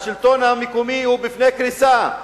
והשלטון המקומי עומד בפני קריסה,